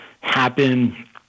happen